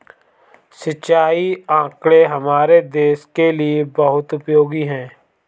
सिंचाई आंकड़े हमारे देश के लिए बहुत उपयोगी है